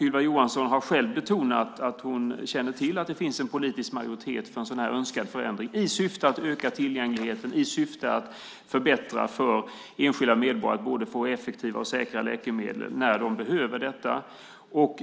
Ylva Johansson har själv betonat att hon känner till att det finns en politisk majoritet för en sådan här önskad förändring i syfte att öka tillgängligheten och att förbättra för enskilda medborgare att få effektiva och säkra läkemedel när de behöver detta.